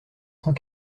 cent